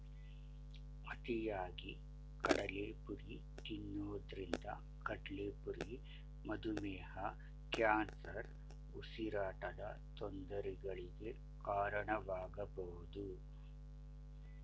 ಅತಿಯಾಗಿ ಕಡಲೆಪುರಿ ತಿನ್ನೋದ್ರಿಂದ ಕಡ್ಲೆಪುರಿ ಮಧುಮೇಹ, ಕ್ಯಾನ್ಸರ್, ಉಸಿರಾಟದ ತೊಂದರೆಗಳಿಗೆ ಕಾರಣವಾಗಬೋದು